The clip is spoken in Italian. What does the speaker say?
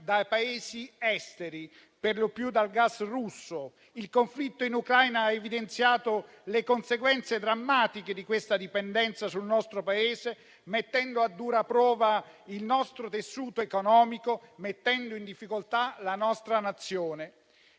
dai Paesi esteri, per lo più dal gas russo. Il conflitto in Ucraina ha evidenziato le conseguenze drammatiche di questa dipendenza sul nostro Paese, mettendo a dura prova il nostro tessuto economico e mettendo in difficoltà la nostra Nazione.